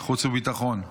חוץ וביטחון.